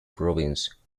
province